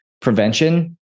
prevention